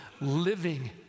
living